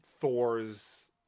Thor's